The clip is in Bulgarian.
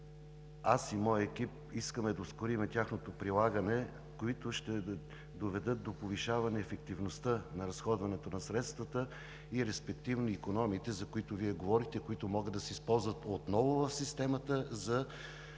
аз и моят екип искаме да ускорим, защото ще доведат до повишаване ефективността на разходването на средствата и респективно икономиите, за които Вие говорихте, които могат да се използват отново в системата за други цели.